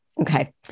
okay